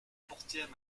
portière